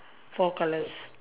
four colours